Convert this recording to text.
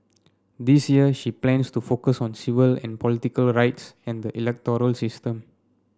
this year she plans to focus on civil and political rights and the electoral system